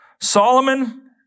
Solomon